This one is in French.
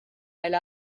elle